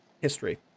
history